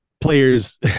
players